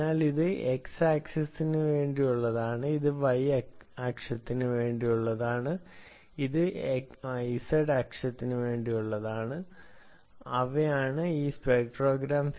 അതിനാൽ ഇത് x അക്ഷത്തിന് വേണ്ടിയുള്ളതാണ് ഇത് y അക്ഷത്തിന് വേണ്ടിയുള്ളതാണ് ഇത് z അക്ഷത്തിന് വേണ്ടിയാണ് അവയാണ് ഈ സ്പെക്ട്രോഗ്രാം